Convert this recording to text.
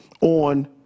on